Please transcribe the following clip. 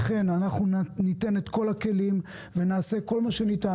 לכן ניתן את כל הכלים ונעשה כל מה שניתן